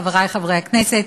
חברי חברי הכנסת